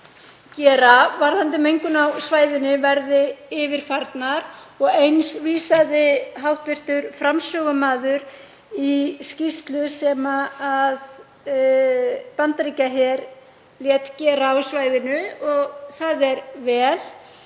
gera varðandi mengun á svæðinu verði yfirfarnar og eins vísaði hv. framsögumaður í skýrslu sem Bandaríkjaher lét gera á svæðinu og það er vel.